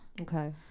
Okay